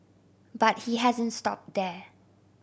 but he hasn't stopped there